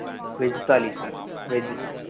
veg thali sir veg